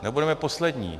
Nebudeme poslední.